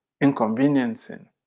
inconveniencing